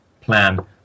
plan